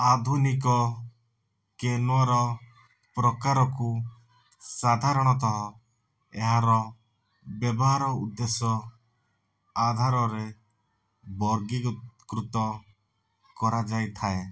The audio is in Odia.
ଆଧୁନିକ କେନୋର ପ୍ରକାରକୁ ସାଧାରଣତଃ ଏହାର ବ୍ୟବହାର ଉଦ୍ଦେଶ୍ୟ ଆଧାରରେ ବର୍ଗୀ କୃତ କରାଯାଇଥାଏ